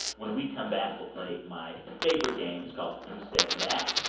when we come back, we'll play my favorite game. it's called who said that?